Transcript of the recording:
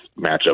matchup